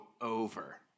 Over